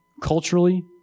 culturally